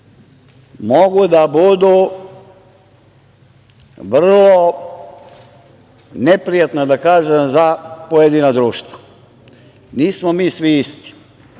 mogu da budu vrlo neprijatna, da kažem, za pojedina društva. Nismo mi svi isti.